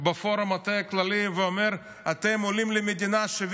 בפורום המטה הכללי ואומר: אתם עולים למדינה 70